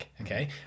Okay